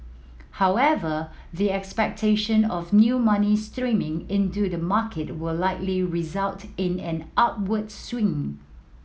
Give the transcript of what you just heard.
however the expectation of new money streaming into the market will likely result in an upward swing